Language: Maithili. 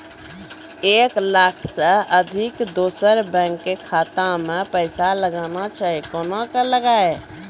एक लाख से अधिक दोसर बैंक के खाता मे पैसा लगाना छै कोना के लगाए?